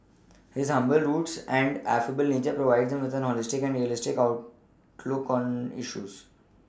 his humble roots and affable nature provide him with a holistic and realistic outlook on issues